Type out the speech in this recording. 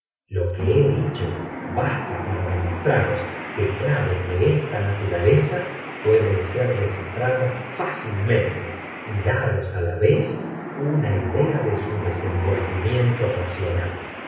lo que he dicho basta para demostraros que claves de esta naturaleza pueden ser descifradas fácilmente y daros a la vez una idea de su desenvolvimiento racional